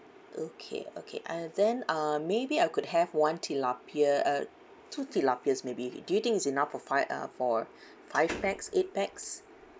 okay okay and then uh maybe I could have one tilapia uh two tilapias maybe do you think it's enough for five uh for five pax eight pax